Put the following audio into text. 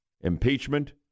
impeachment